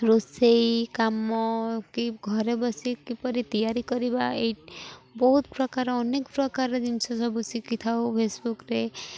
ରୋଷେଇ କାମ କି ଘରେ ବସି କିପରି ତିଆରି କରିବା ଏଇ ବହୁତ ପ୍ରକାର ଅନେକ ପ୍ରକାର ଜିନିଷ ସବୁ ଶିଖିଥାଉ ଫେସବୁକ୍ରେ